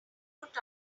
put